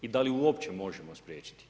I da li uopće možemo spriječiti?